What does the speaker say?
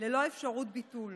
ללא אפשרות ביטול,